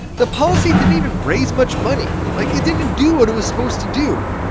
the policy didn't even raise much money. like, it didn't do what it was supposed to do.